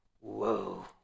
whoa